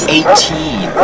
Eighteen